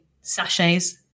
sachets